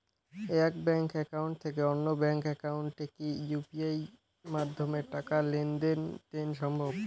এক bank account থেকে অন্য ব্যাংক একাউন্টে কি ইউ.পি.আই মাধ্যমে টাকার লেনদেন দেন সম্ভব?